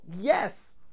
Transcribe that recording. Yes